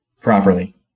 properly